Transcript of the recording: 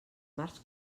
marcs